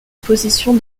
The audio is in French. position